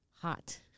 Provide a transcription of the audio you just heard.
hot